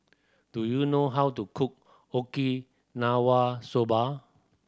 do you know how to cook Okinawa Soba